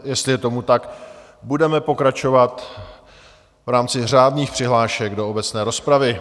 Jestli je tomu tak, budeme pokračovat v rámci řádných přihlášek do obecné rozpravy.